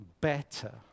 Better